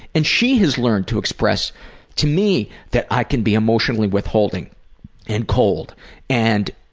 and she has learned to express to me that i can be emotionally withholding and cold and